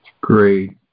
Great